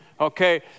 Okay